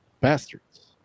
Bastards